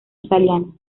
italiano